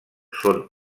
són